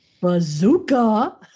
bazooka